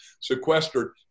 sequestered